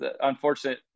unfortunate